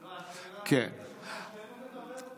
השאלה היא אם שנינו נדבר.